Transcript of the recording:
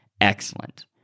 Excellent